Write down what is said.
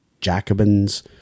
Jacobins